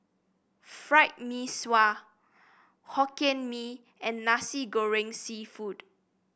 Fried Mee Sua Hokkien Mee and Nasi Goreng seafood